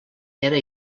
era